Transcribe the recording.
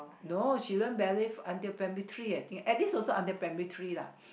no she learn ballet until primary three at least also until primary three lah